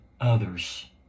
others